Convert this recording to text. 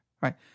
Right